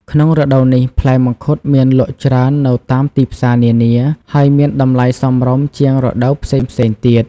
ក្នុងរដូវនេះ ផ្លែមង្ឃុតមានលក់ច្រើននៅតាមទីផ្សារនានា ហើយមានតម្លៃសមរម្យជាងរដូវផ្សេងៗទៀត។